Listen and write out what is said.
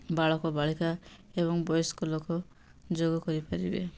ବାଳକ ବାଳିକା ଏବଂ ବୟସ୍କ ଲୋକ ଯୋଗ କରିପାରିବେ